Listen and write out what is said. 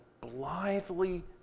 blithely